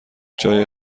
جای